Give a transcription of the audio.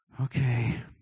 okay